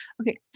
okay